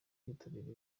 kwitabira